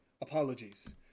apologies